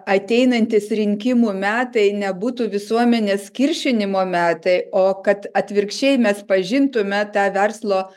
ateinantys rinkimų metai nebūtų visuomenės kiršinimo metai o kad atvirkščiai mes pažintume tą verslo